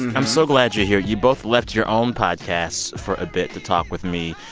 i'm so glad you're here. you both left your own podcasts for a bit to talk with me.